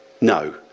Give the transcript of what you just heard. No